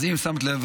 אז אם שמת לב,